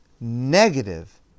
negative